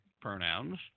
pronouns